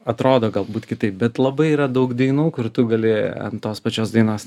atrodo galbūt kitaip bet labai yra daug dainų kur tu gali an tos pačios dainos